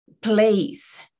place